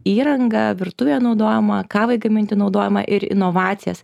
įrangą virtuvėje naudojamą kavai gaminti naudojamą ir inovacijas